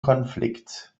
konflikt